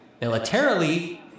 Militarily